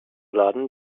laden